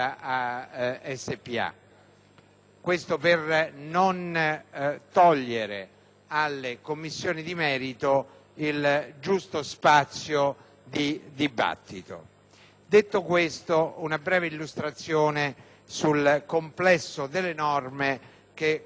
detto per non togliere alle Commissioni di merito il giusto spazio di dibattito. Detto questo, farò una breve illustrazione sul complesso delle norme che questo disegno di legge contiene.